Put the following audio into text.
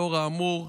לאור האמור,